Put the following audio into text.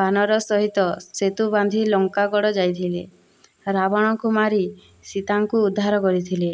ବାନର ସହିତ ସେତୁ ବାନ୍ଧି ଲଙ୍କାଗଡ଼ ଯାଇଥିଲେ ରାବଣଙ୍କୁ ମାରି ସୀତାଙ୍କୁ ଉଦ୍ଧାର କରିଥିଲେ